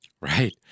Right